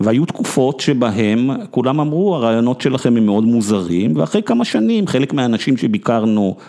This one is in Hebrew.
והיו תקופות שבהן כולם אמרו הרעיונות שלכם הם מאוד מוזרים ואחרי כמה שנים חלק מהאנשים שביקרנו